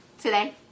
today